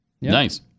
Nice